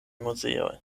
muzeoj